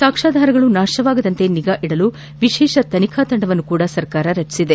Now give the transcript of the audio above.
ಸಾಕ್ವಾಧಾರಗಳು ನಾಶವಾಗದಂತೆ ನಿಗಾವಹಿಸಲು ವಿಶೇಷ ತನಿಖಾ ತಂಡವನ್ನು ಕೂಡ ಸರ್ಕಾರ ರಚಿಸಿದೆ